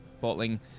bottling